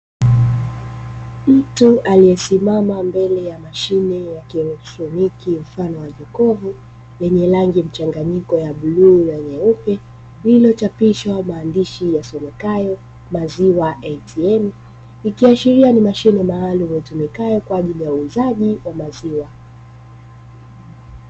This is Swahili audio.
Mtu aliyesimama mbele ya mashine ya kielektroniki mfano wa jokofu lenye rangi mchanganyiko bluu na nyeupe, lililochapishwa maandishi yasomekayo "Maziwa ATM", ikiashiria ni mashine maalumu, itumikayo kwa ajili ya uuzaji wa maziwa.